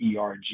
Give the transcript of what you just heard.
ERG